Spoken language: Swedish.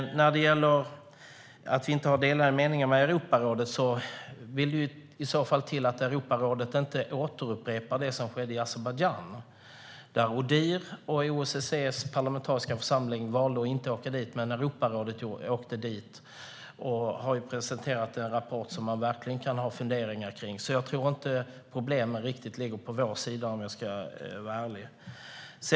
När det gäller att inte ha delade meningar med Europarådet vill det till att Europarådet inte upprepar det som skedde i Azerbajdzjan. Odihr och OSSE:s parlamentariska församling valde att inte åka dit. Men Europarådet åkte dit och presenterade en rapport som man verkligen kan ha funderingar kring. Jag tror inte att problemen ligger på vår sida, om jag ska vara ärlig.